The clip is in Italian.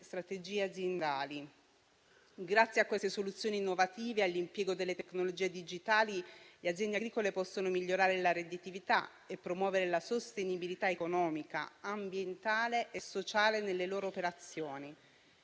strategie aziendali. Grazie a queste soluzioni innovative e all'impiego delle tecnologie digitali, le aziende agricole possono migliorare la redditività e promuovere la sostenibilità economica, ambientale e sociale nelle loro operazioni.